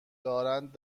دارند